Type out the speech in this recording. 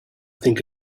think